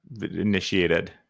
initiated